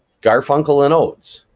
garfunkel and oates,